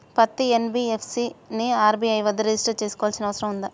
పత్తి ఎన్.బి.ఎఫ్.సి ని ఆర్.బి.ఐ వద్ద రిజిష్టర్ చేసుకోవాల్సిన అవసరం ఉందా?